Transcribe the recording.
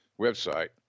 website